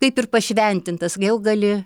kaip ir pašventintas jau gali